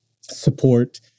support